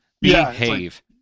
behave